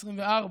העשרים-וארבע.